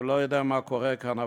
אני לא יודע מה קורה כאן,